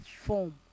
form